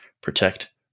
protect